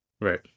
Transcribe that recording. Right